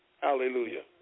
Hallelujah